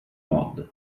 mod